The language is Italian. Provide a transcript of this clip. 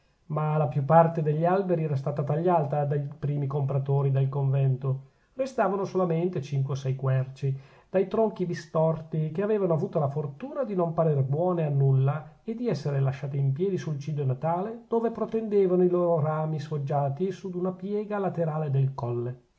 ma la più parte degli alberi era stata tagliata dai primi compratori del convento restavano solamente cinque o sei querci dai tronchi bistorti che avevano avuta la fortuna di non parer buone a nulla e di esser lasciate in piedi sul ciglio natale donde protendevano i loro rami sfoggiati su d'una piega laterale del colle